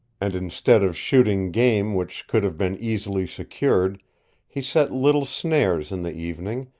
and instead of shooting game which could have been easily secured he set little snares in the evening,